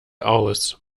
aus